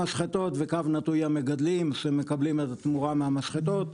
המשחטות/המגדלים שמקבלים איזו תמורה מהמשחטות,